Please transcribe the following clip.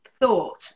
thought